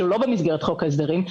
שלא במסגרת חוק ההסדרים,